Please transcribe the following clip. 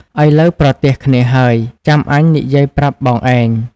ឥឡូវប្រទះគ្នាហើយ ចាំអញនិយាយប្រាប់បងឯង